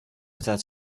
without